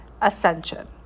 ascension